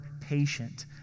patient